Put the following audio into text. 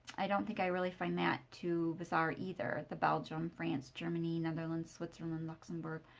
i don't think i really find that too bizarre either, the belgium, france, germany, netherlands, switzerland, luxembourg.